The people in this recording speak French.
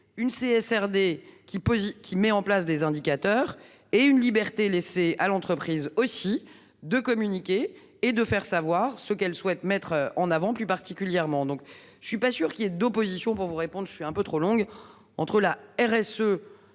posent qui met en place des indicateurs et une liberté laissée à l'entreprise aussi de communiquer et de faire savoir ce qu'elle souhaite mettre en avant, plus particulièrement, donc je ne suis pas sûr qu'il y ait d'opposition pour vous répondre, je suis un peu trop longue entre la RSE et